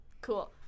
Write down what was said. cool